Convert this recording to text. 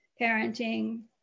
parenting